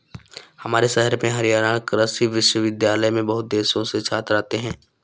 हमारे शहर में हरियाणा कृषि विश्वविद्यालय में बहुत देशों से छात्र आते हैं